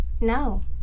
No